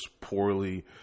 poorly